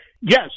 Yes